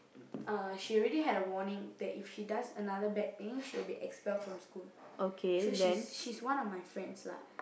uh she already had a warning that if she does another bad thing she'll be expelled from school so she's she's one of my friends lah